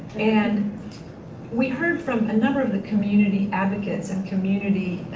and we heard from a number of the community advocates and community